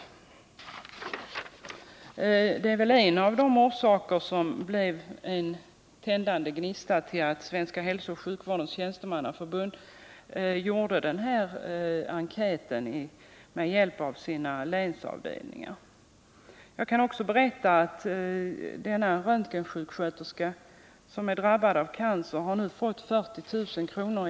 Detta är väl en av de orsaker som blev den tändande gnistan och ledde till att Svenska hälsooch sjukvårdens tjänstemannaförbund gjorde den här enkäten med hjälp av sina länsavdelningar. Jag kan också berätta att denna röntgensköterska som drabbades av cancer nu har fått 40 000 kr.